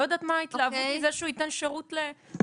יודעת מה ההתלהבות מזה שהוא ייתן שירות -- אוקיי,